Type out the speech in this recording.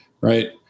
right